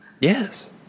Yes